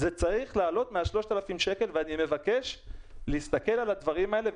זה צריך לעלות מ-3,000 שקלים ואני מבקש להסתכל על הדברים האלה.